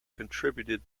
contributed